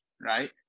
right